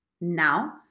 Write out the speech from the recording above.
Now